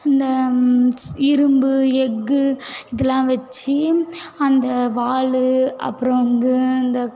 அந்த இரும்பு எஃகு இதெலாம் வச்சு அந்த வாள் அப்புறம் வந்து அந்த